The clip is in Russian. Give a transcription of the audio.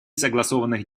согласованных